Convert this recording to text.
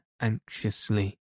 anxiously